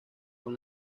con